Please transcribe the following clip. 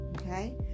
okay